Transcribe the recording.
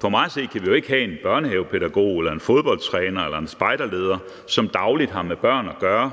For mig at se kan vi jo ikke have en børnehavepædagog eller en fodboldtræner eller en spejderleder, som dagligt har med børn at gøre,